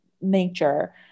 nature